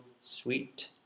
Sweet